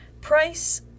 Price